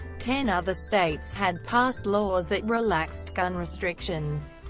ten other states had passed laws that relaxed gun restrictions.